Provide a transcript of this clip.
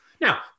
Now